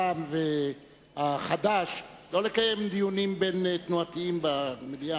רע"ם וחד"ש לא לקיים דיונים בין-תנועתיים במליאה.